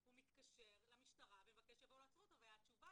הוא מתקשר למשטרה ומבקש שיבואו לעצור אותו והתשובה